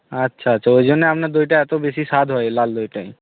আচ্ছা আচ্ছা ওই জন্য আপনার দইটাই এতো বেশি স্বাদ হয় লাল দইটায়